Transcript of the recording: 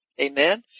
Amen